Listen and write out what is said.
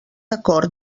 acord